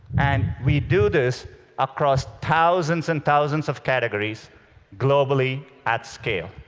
and we do this across thousands and thousands of categories globally at scale.